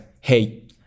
hey